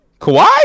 Kawhi